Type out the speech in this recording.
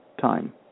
time